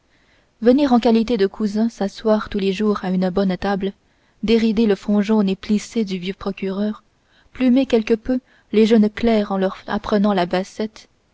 venir en qualité de cousin s'asseoir tous les jours à une bonne table dérider le front jaune et plissé du vieux procureur plumer quelque peu les jeunes clercs en leur apprenant la bassette